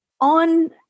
on